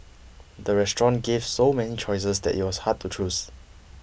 the restaurant gave so many choices that it was hard to choose